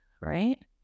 right